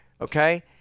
Okay